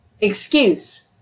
excuse